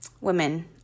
women